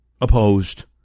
opposed